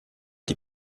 die